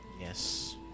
Yes